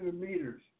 meters